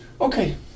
Okay